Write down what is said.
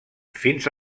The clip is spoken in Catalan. fins